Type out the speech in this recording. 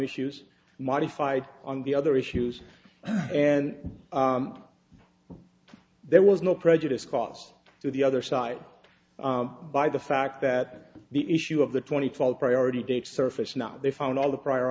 issues modified on the other issues and there was no prejudice cost to the other side by the fact that the issue of the twenty fall priority dates surface not they found all the prior